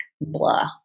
blah